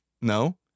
no